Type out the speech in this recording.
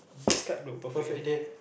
describe the perfect date